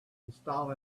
install